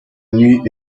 nuit